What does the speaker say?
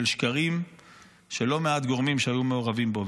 של שקרים של לא מעט גורמים שהיו מעורבים בו.